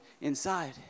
inside